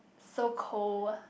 so cold